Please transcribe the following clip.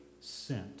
sent